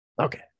Okay